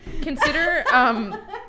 Consider